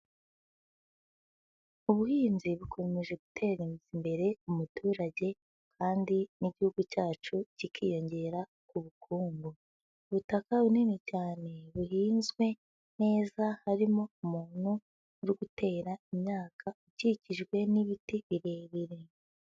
Ubuhinzi bukomeje gutera imbere umuturage kandi n'igihugu cyacu kikiyongera ku bukungu. Ubutaka bunini cyane buhinzwe neza, harimo umuntu uri gutera imyaka, ukikijwe n'ibiti birebire.